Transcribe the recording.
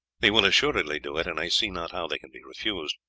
they will assuredly do it, and i see not how they can be refused.